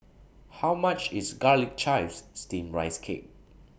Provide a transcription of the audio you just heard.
How much IS Garlic Chives Steamed Rice Cake